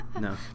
No